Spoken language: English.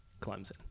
Clemson